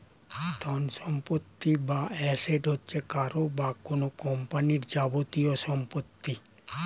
ধনসম্পত্তি বা অ্যাসেট হচ্ছে কারও বা কোন কোম্পানির যাবতীয় সম্পত্তি